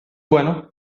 bueno